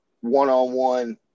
one-on-one